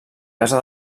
casa